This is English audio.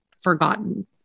forgotten